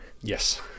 Yes